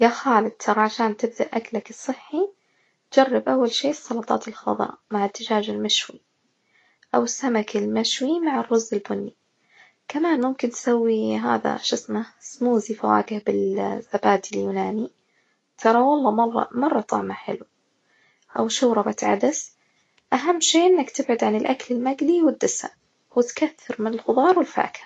يا خالد، ترى عشان تبدأ أكلك الصحي جرب أول شي السلطات الخضرا مع الدجاج المشوي, أو السمك المشوي مع الرز البني، كمان ممكن تسوي هذا شو اسمه؟ سموزي فواكه بالزبادي اليوناني ترى والله مرة- مرة طعمه حلو، أو شوربة عدس أهم شي إنك تبعد عن الأكل المجلي والدسم، وتكثر من الخضار والفاكهة.